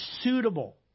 suitable